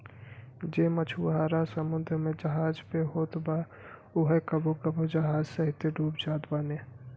जे मछुआरा समुंदर में जहाज पे होत बा उहो कबो कबो जहाज सहिते डूब जात बाने